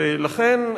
ולכן,